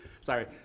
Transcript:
Sorry